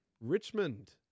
Richmond